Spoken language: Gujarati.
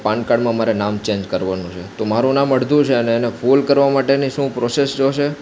પાનકાર્ડમાં મારે નામ ચેંજ કરવાનું છે તો મારું નામ અડધું છે અને એને ફૂલ કરવા માટેની શું પ્રોસેસ જોશે